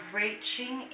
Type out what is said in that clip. reaching